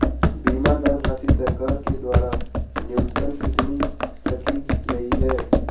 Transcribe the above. बीमा धनराशि सरकार के द्वारा न्यूनतम कितनी रखी गई है?